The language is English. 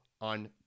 on